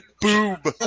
boob